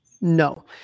No